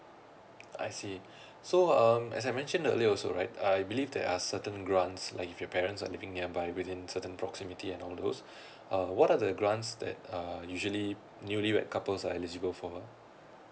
I see so um as I mentioned earlier also right I believe there are certain grants like if your parents are living nearby within certain proximity and all those uh what are the grants that uh usually newly wed couples are eligible for